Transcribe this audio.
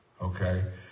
Okay